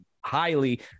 highly